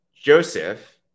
Joseph